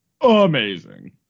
amazing